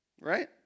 right